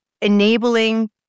enabling